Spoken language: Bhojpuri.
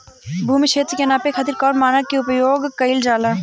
भूमि क्षेत्र के नापे खातिर कौन मानक के उपयोग कइल जाला?